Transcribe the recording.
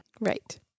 Right